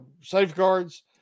safeguards